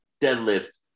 deadlift